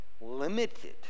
Limited